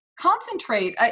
Concentrate